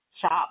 shop